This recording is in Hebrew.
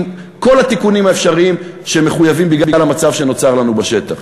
עם כל התיקונים האפשריים שמחויבים בגלל המצב שנוצר לנו בשטח.